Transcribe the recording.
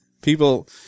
People